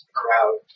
crowd